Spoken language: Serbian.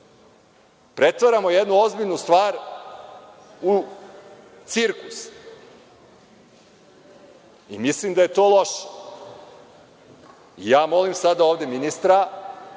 ne? Pretvaramo jednu ozbiljnu stvar u cirkus. Mislim da je to loše. Molim sada ovde ministra,